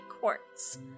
courts